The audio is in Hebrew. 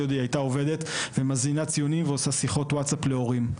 עוד הייתה עובדת ומזינה ציונים ועושה שיחות וואצאפ להורים,